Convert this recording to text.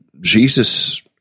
Jesus